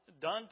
done